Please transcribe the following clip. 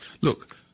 Look